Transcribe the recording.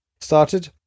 started